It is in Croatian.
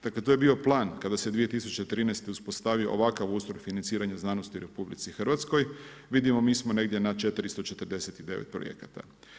Dakle to je bio plan kada se 2013. uspostavio ovakav ustroj financiranja znanosti u RH, vidimo mi smo negdje na 449 projekata.